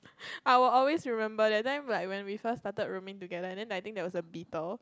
I will always remember that time like when we first started rooming together and then I think there was a beetle